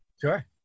sure